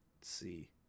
see